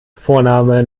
vorname